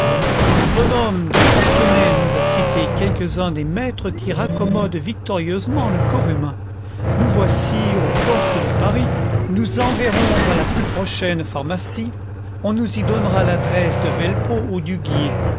le bonhomme de parthenay nous a cité quelques-uns des maîtres qui raccommodent victorieusement le corps humain nous voici aux portes de paris nous enverrons à la plus prochaine pharmacie on nous y donnera l'adresse de velpeau ou